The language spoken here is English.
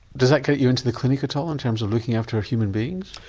does that get you into the clinic at all in terms of looking after a human being?